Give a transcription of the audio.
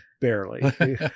barely